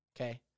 Okay